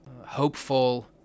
hopeful